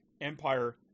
Empire